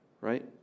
right